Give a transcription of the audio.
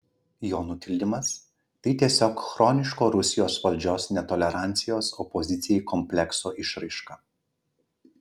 jo nutildymas tai tiesiog chroniško rusijos valdžios netolerancijos opozicijai komplekso išraiška